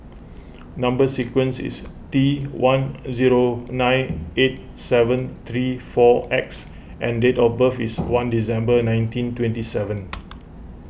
Number Sequence is T one zero nine eight seven three four X and date of birth is one December nineteen twenty seven